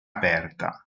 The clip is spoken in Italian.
aperta